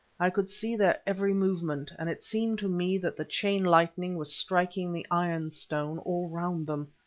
i could see their every movement, and it seemed to me that the chain lightning was striking the iron-stone all round them.